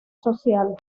social